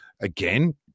Again